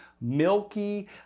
milky